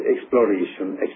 exploration